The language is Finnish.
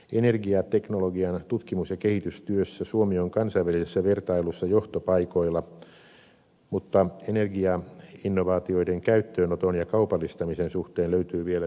energiateknologian tutkimus ja kehitystyössä suomi on kansainvälisessä vertailussa johtopaikoilla mutta energiainnovaatioiden käyttöönoton ja kaupallistamisen suhteen löytyy vielä työsarkaa